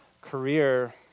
career